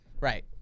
Right